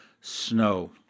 Snow